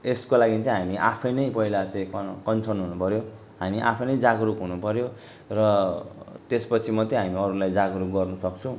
यसको लागि चाहिँ हामी आफैँ नै पहिला चाहिँ क कन्सर्न हुनु पर्यो हामी आफैँ नै जागरुक हुनु पर्यो र त्यस पछि मात्रै हामी अरूलाई जागरुक गराउनु सक्छौँ